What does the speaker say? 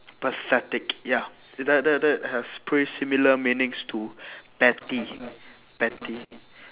pathetic ya that that that has pretty similar meanings to petty petty